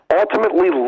ultimately